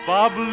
Bob